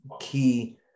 key